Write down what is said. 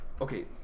okay